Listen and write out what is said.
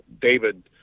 David